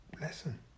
lesson